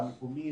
המקומית,